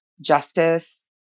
justice